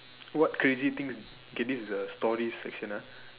what crazy thing K this is a story section ah